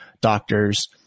doctors